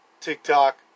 TikTok